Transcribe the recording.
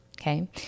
okay